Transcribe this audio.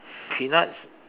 peanuts